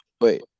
Wait